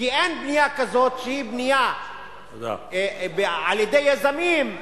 כי אין בנייה כזאת, שהיא בנייה על-ידי יזמים,